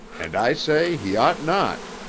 and i say he ought not,